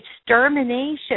extermination